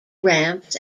ramps